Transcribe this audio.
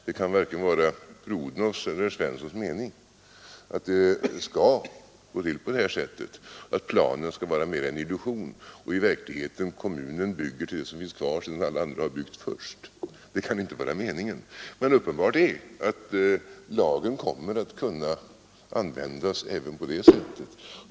Det kan varken vara fru Odhnoffs eller herr Svenssons mening att det skall gå till på det sättet, att planen skall vara mera en illusion och i verkligheten kommunen bygger till dem som finns kvar sedan alla andra har byggt. Men uppenbart är att lagen kommer att kunna användas även på det sättet.